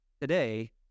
today